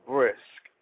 Brisk